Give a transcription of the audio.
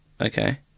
Okay